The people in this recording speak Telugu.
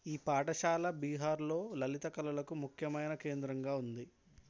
ఈ పాఠశాల బీహార్లో లలిత కళలకు ముఖ్యమైన కేంద్రంగా ఉంది